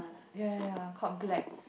ya ya ya called black